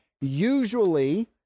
usually